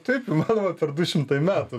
taip įmanoma per du šimtai metų